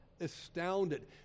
astounded